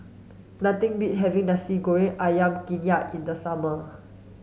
nothing beats having nasi goreng ayam kunyit in the summer